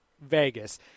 Vegas –